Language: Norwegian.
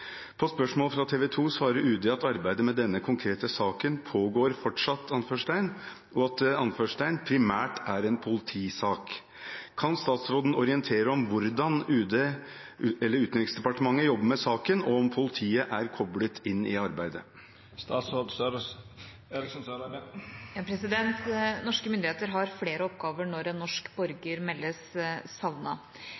På spørsmål fra TV2 svarer Utenriksdepartementet at arbeidet med denne konkrete saken «pågår fortsatt», og at det «primært er en politisak». Kan utenriksministeren orientere om hvordan Utenriksdepartementet jobber med saken og om politiet er koplet inn i arbeidet?» Norske myndigheter har flere oppgaver når en norsk